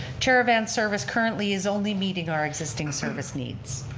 chair-a-van service currently is only meeting our existing service needs.